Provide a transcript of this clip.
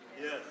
Yes